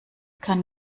kann